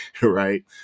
right